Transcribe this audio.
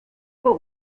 but